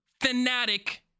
fanatic